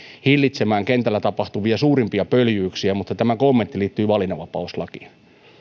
hillitsemään kentällä tapahtuvia suurimpia pöljyyksiä mutta tämä kommentti liittyy valinnanvapauslakiin